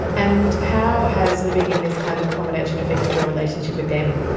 and how has living in this kind of accommodation affected your relationship with them?